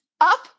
up